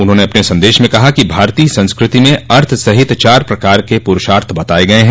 उन्होंने अपने संदेश में कहा कि भारतीय संस्कृति में अर्थ सहित चार प्रकार के पुरूषार्थ बताये गये हैं